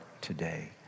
today